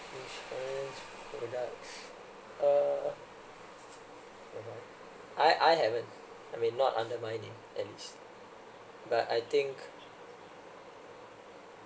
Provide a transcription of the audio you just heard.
insurance products uh product I I haven't I mean not under my name at least but I think